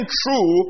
true